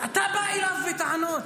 אתה בא אליו בטענות?